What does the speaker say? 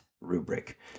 rubric